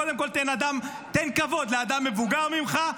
קודם תן כבוד לאדם מבוגר ממך.